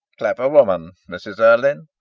clever woman, mrs. erlynne.